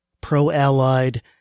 pro-Allied